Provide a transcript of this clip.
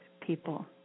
people